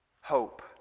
Hope